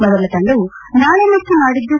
ಮೊದಲ ತಂಡವು ನಾಳೆ ಮತ್ತು ನಾಡಿದ್ದು